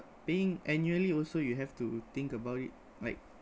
paying annually also you have to think about it like